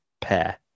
pair